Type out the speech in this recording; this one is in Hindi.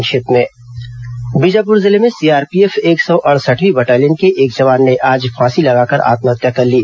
संक्षिप्त समाचार बीजापुर जिले में सीआरपीएफ एक सौ अड़सठवीं बटालियन के एक जवान ने आज फांसी लगाकर आत्महत्या कर ली